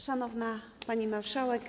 Szanowna Pani Marszałek!